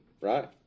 right